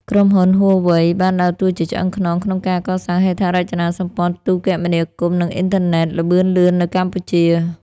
ក្រុមហ៊ុន Huawei បានដើរតួជាឆ្អឹងខ្នងក្នុងការកសាងហេដ្ឋារចនាសម្ព័ន្ធទូរគមនាគមន៍ និងអ៊ីនធឺណិតល្បឿនលឿននៅកម្ពុជា។